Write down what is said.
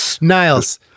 Niles